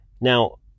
now